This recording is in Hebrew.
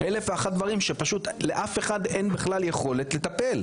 אלף ואחד דברים שפשוט לאף אחד אין בכלל יכולת לטפל,